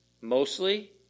mostly